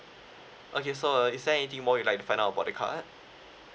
okay so uh is there anything more you like find out about the card